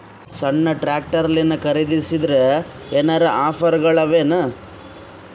ಸಣ್ಣ ಟ್ರ್ಯಾಕ್ಟರ್ನಲ್ಲಿನ ಖರದಿಸಿದರ ಏನರ ಆಫರ್ ಗಳು ಅವಾಯೇನು?